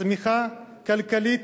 צמיחה כלכלית